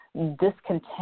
discontent